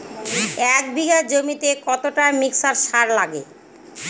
এক বিঘা জমিতে কতটা মিক্সচার সার লাগে?